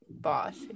boss